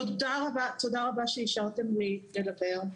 תודה רבה שאישרתם לי לדבר.